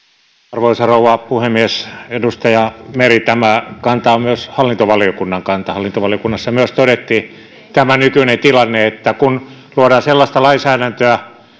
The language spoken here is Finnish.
arvoisa rouva puhemies edustaja meri tämä kanta on myös hallintovaliokunnan kanta hallintovaliokunnassa myös todettiin tämä nykyinen tilanne että kun luodaan sellaista lainsäädäntöä